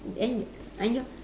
and and your